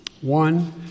One